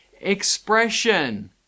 Expression